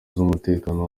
z’umutekano